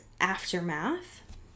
Aftermath